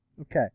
Okay